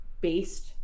based